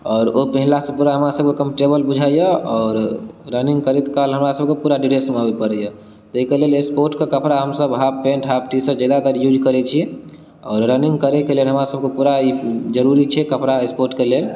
आओर ओ पहिरला सऽ पूरा हमरा सब के कम्फर्टेबल बुझाइया आओर रनिंग करैत काल हमरा सब के पूरा ड्रेसमे आबऽ पड़ैया ताहि के लेल स्पोर्ट के कपड़ा हमसब half pant half T shirt जादातर यूज करै छी आओर रनिंग करै के लेल हमरा सब के पूरा ई जरुरी छै कपड़ा स्पोर्ट के लेब